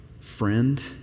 friend